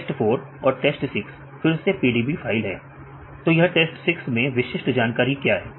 Test 4 और test 6 फिर से PDB फाइल है तो यह test 6 मैं विशिष्ट जानकारी क्या है